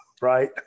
Right